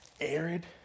Arid